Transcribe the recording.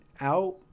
out